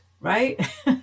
right